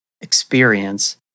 experience